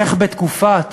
איך בתקופת